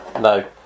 No